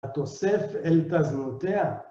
התוסף אל תזנונתיה.